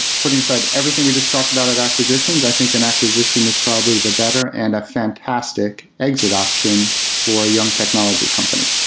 putting aside everything we just talked of acquisitions, i think an acquisition is probably the better and a fantastic exit option for a young technology company.